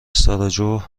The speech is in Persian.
ساراجوو